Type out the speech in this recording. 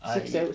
I